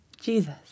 Jesus